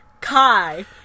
Kai